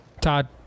Todd